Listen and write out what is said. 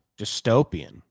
Dystopian